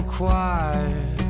quiet